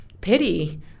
pity